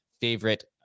favorite